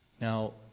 Now